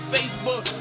Facebook